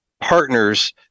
partners